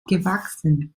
gewachsen